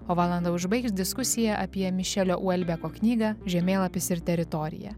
o valandą užbaigs diskusija apie mišelio uolbeko knygą žemėlapis ir teritorija